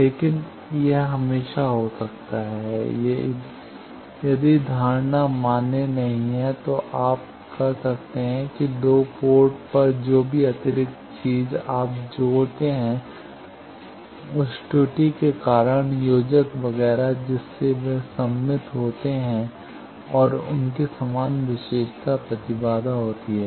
लेकिन यह हमेशा हो सकता है यदि धारणा मान्य नहीं है तो आप कर सकते हैं कि दो पोर्ट पर जो भी अतिरिक्त चीज आप जोड़ते करते हैं उस त्रुटि के कारण योजक वगैरह जिससे वे सममित होते हैं और उनकी समान विशेषता प्रतिबाधा होती है